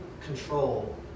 control